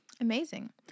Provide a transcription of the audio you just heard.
Amazing